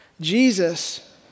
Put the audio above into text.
Jesus